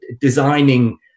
designing